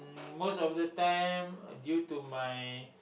most of time due to my